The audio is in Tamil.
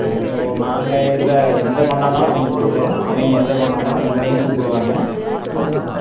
ஸோ நாங்கள் எந்த எந்த கொண்டாடினாலும் அவங்கள கூப்பிடுவோம் அவங்க எதை கொண்டாடினாலும் எங்களையும் கூப்பிடுவாங்க